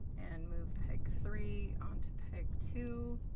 and move peg three onto peg two,